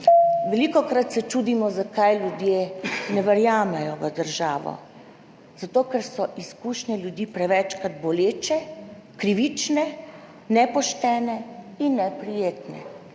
velikokrat se čudimo, zakaj ljudje ne verjamejo v državo, zato ker so izkušnje ljudi prevečkrat boleče, krivične, nepoštene in neprijetne.